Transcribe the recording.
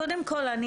קודם כל,